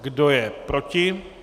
Kdo je proti?